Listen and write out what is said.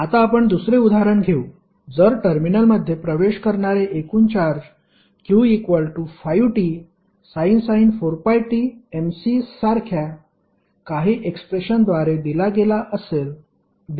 आता आपण दुसरे उदाहरण घेऊ जर टर्मिनलमध्ये प्रवेश करणारे एकूण चार्ज q5tsin 4πt mC सारख्या काही एक्सप्रेशन द्वारे दिला गेला तर